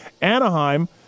anaheim